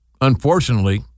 Unfortunately